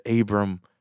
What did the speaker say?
Abram